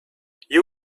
you